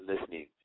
listening